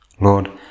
Lord